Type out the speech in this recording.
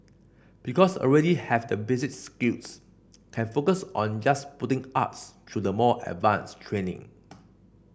because already have the basic skills can focus on just putting us through the more advanced training